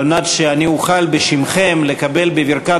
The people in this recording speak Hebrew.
על מנת שאני אוכל בשמכם לקבל בברכת